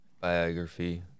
biography